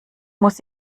muss